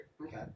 Okay